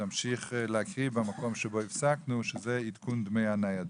להמשיך לקרוא במקום בו הפסקנו שהוא עדכון דמי הניידות.